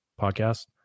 podcast